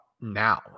now